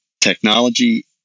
Technology